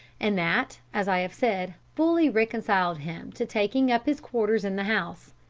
and that, as i have said, fully reconciled him to taking up his quarters in the house.